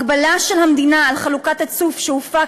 הגבלה של המדינה על חלוקת הצוף שהופק